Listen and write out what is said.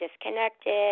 disconnected